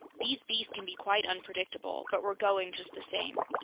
these beasts can be quite unpredictable! but we're going just the same!